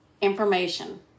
information